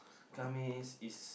Khamis is